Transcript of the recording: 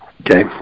Okay